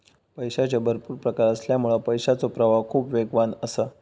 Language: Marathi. पैशाचे भरपुर प्रकार असल्यामुळा पैशाचो प्रवाह खूप वेगवान असा